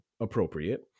appropriate